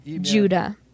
Judah